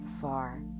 far